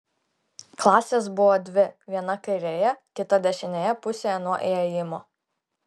klasės buvo dvi viena kairėje kita dešinėje pusėje nuo įėjimo